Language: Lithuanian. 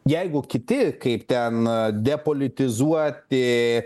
jeigu kiti kaip ten depolitizuoti